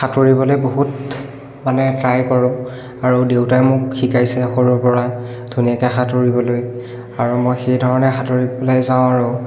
সাঁতুৰিবলৈ বহুত মানে ট্ৰাই কৰোঁ আৰু দেউতাই মোক শিকাইছে সৰুৰ পৰা ধুনীয়াকৈ সাঁতুৰিবলৈ আৰু মই সেইধৰণে সাতুৰি পেলাই যাওঁ আৰু